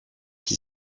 qui